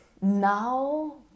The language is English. now